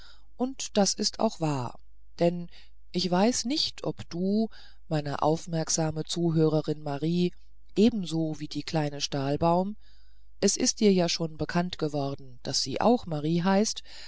und das ist auch wahr denn ich weiß nicht ob du meine aufmerksame zuhörerin marie ebenso wie die kleine stahlbaum es ist dir schon bekannt worden daß sie auch marie heißt